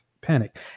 panic